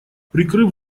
прикрыв